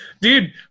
Dude